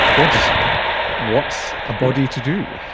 what's what's a body to do?